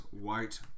white